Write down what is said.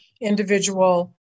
individual